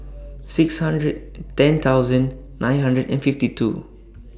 six hundred ten thousand nine hundred and fifty two